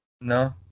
No